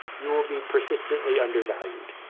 you will be persistently undervalued.